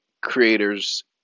creators